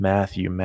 Matthew